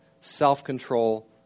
self-control